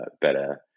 better